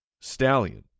Stallion